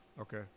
Okay